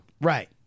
right